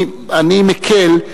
אני מקל,